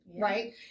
Right